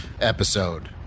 episode